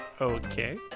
Okay